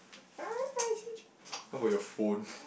ah how about your phone